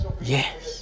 Yes